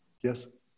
Yes